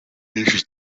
nyinshi